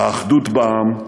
האחדות בעם,